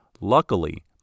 Luckily